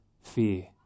fear